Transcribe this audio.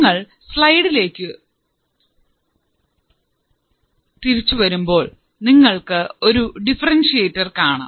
നിങ്ങൾ സ്ലൈഡിലേക്ക് തിരിച്ചുവരുമ്പോൾ നിങ്ങൾക്ക് ഒരു ഡിഫറെൻഷ്യറ്റർ കാണാം